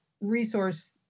resource